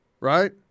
right